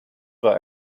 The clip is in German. war